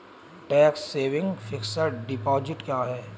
Tax saving fixed deposit क्या है?